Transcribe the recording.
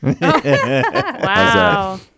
Wow